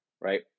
right